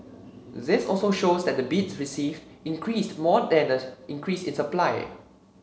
this also shows that the bids received increased more than the increase in supply